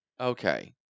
Okay